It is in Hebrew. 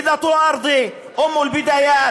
(אומר בערבית: "גברת האדמה,